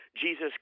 Jesus